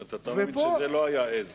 אז אתה אומר שזה לא היה עז.